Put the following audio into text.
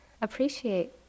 appreciate